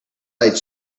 light